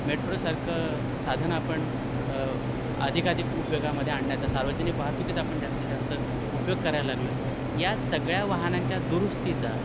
मेट्रोसारखं साधन आपण अधिकाधिक उपयोगामध्ये आणण्याचा सार्वजनिक वाहतुकीचा आपण जास्तीत जास्त उपयोग करायला लागलो आहे या सगळ्या वाहनांच्या दुरुस्तीचा